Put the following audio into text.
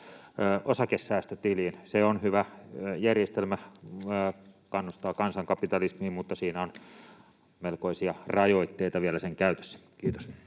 osakesäästötiliin. Se on hyvä järjestelmä, joka kannustaa kansankapitalismiin, mutta siinä on melkoisia rajoitteita vielä sen käytössä. — Kiitos.